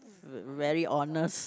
really honest